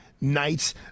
nights